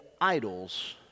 idols